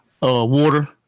Water